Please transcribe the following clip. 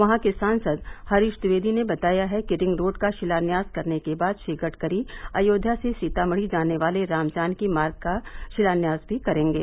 वहां के सांसद हरीश द्विवेदी ने बताया कि रिंग रोड का शिलान्यास करने के बाद श्री गडकरी अयोध्या से सीतामढ़ी जाने वाले रामजानकी मार्ग का शिलान्यास भी करेंगे